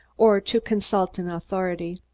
or to consult an authority.